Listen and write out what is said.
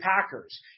Packers